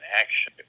action